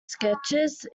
sketches